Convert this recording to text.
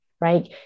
Right